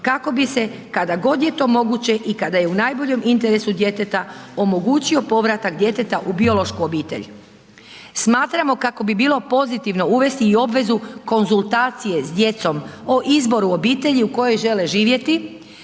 kako bi se, kada je god to moguće i kada je u najboljem interesu djeteta, omogućio povratak djeteta u biološku obitelj. Smatram kako bi bilo pozitivno uvesti i obvezu konzultacije s djecom o izboru obitelji u kojoj žele živjeti,